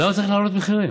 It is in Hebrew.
למה צריך להעלות מחירים?